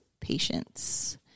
patience